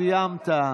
סגן השר סגלוביץ',